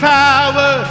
power